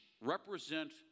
represent